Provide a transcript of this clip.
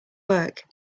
work